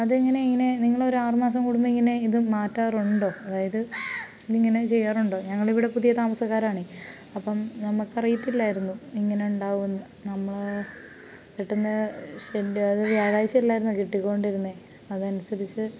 അതെങ്ങനെ ഇങ്ങനെ നിങ്ങൾ ഒരു ആറ് മാസം കൂടുമ്പോൾ ഇങ്ങനെ ഇത് മാറ്റാറുണ്ടോ അതായത് ഇതിങ്ങനെ ചെയ്യാറുണ്ടോ ഞങ്ങൾ ഇവിടെ പുതിയ താമസക്കാരാണ് അപ്പം നമ്മൾക്ക് അറിയത്തില്ലായിരുന്നു ഇങ്ങനെ ഉണ്ടാവും എന്ന് നമ്മൾ കിട്ടുന്ന ഷെഡ്ഡുളുകൾ വ്യാഴാഴ്ച്ച അല്ലായിരുന്നോ കിട്ടിക്കൊണ്ടിരുന്നത് അത് അനുസരിച്ച്